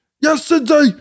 yesterday